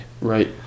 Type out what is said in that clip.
Right